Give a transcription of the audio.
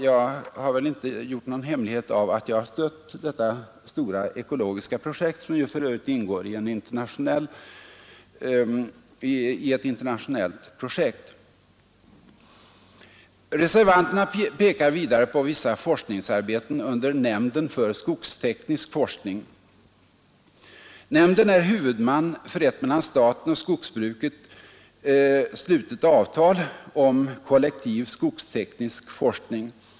Jag har väl inte gjort någon hemlighet av att jag och vpk-gruppen har stött detta stora ekologiska projekt som för övrigt ingår i ett internationellt projekt. Reservanterna pekar vidare på vissa forskningsarbeten under Nämnden för skogsteknisk forskning. Nämnden är huvudman för ett mellan staten och skogsbruket nyligen slutet avtal om kollektiv skogsteknisk forskning.